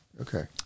Okay